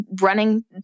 running